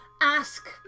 Ask